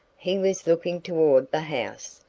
he was looking toward the house,